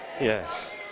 Yes